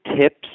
tips